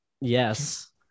yes